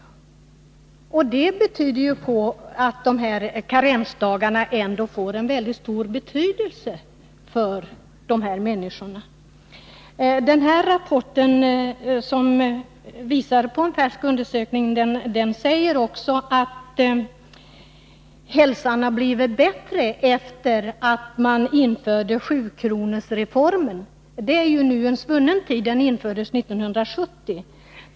Det tyder på att dessa karensdagar får en mycket stor betydelse. I rapporten, som hänvisar till en färsk undersökning, sägs också att hälsotillståndet har blivit bättre efter det att sjukronorsreformeninfördes. Det är en svunnen tid — den infördes 1970.